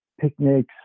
picnics